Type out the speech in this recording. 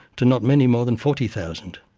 to not many more than forty thousand.